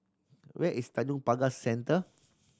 where is Tanjong Pagar Centre